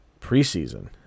preseason